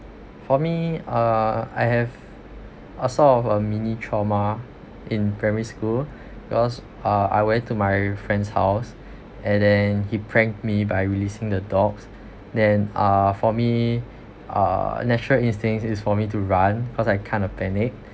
for me uh I have a sort of a mini trauma in primary school because uh I went to my friend's house and then he pranked me by releasing the dogs then uh for me uh natural instinct is for me to run cause I kind of panicked